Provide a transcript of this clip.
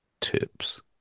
tips